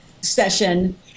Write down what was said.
session